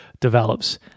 develops